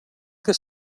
que